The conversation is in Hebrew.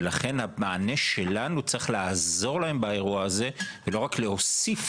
לכן המענה שלנו צריך לעזור להם באירוע הזה ולא רק להוסיף